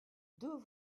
deux